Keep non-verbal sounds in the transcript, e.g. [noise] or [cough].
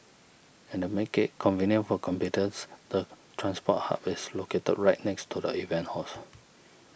and to make it convenient for [unintelligible] the transport hub is located right next to the event halls